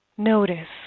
Notice